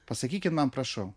pasakykit man prašau